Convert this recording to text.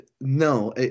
no